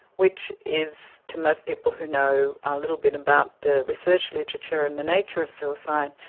which is, to most people who know a little bit about the research literature and the nature of suicide,